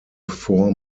four